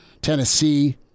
Tennessee